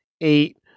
eight